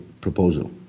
proposal